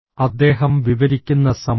അദ്ദേഹം വിവരിക്കുന്ന സംഭവം